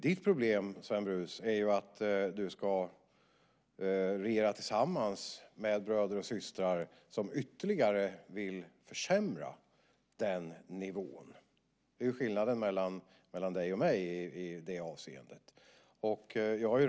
Ditt problem, Sven Brus, är att du ska regera tillsammans med bröder och systrar som ytterligare vill försämra den nivån. Det är skillnaden mellan dig och mig i det avseendet.